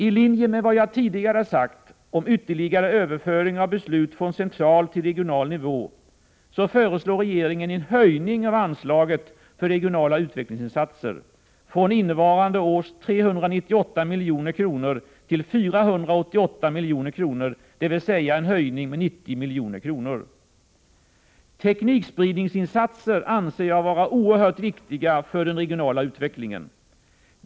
I linje med vad jag tidigare sagt om ytterligare överföring av beslut från central till regional nivå föreslår regeringen en höjning av anslaget för regionala utvecklingsinsatser från innevarande års 398 milj.kr. till 488 milj.kr., dvs. en ökning med 90 milj.kr. Teknikspridningsinsatser anser jag vara oerhört viktiga för den regionala utvecklingen.